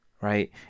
Right